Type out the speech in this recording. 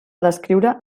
descriure